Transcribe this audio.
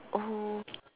oh